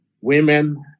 women